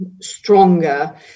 stronger